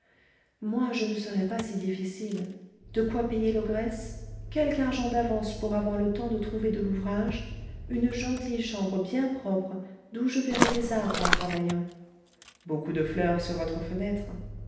moi je ne serais pas si difficile de quoi payer l'ogresse quelque argent d'avance pour avoir le temps de trouver de l'ouvrage une gentille chambre bien propre d'où je verrais des arbres en travaillant beaucoup de fleurs sur votre fenêtre